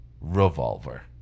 Revolver